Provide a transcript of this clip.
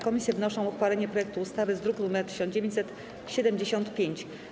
Komisje wnoszą o uchwalenie projektu ustawy z druku nr 1975.